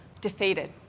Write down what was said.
defeated